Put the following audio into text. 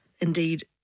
indeed